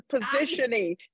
positioning